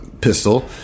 pistol